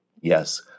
Yes